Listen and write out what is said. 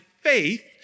faith